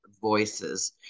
voices